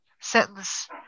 sentence